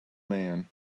man